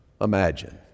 imagine